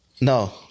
No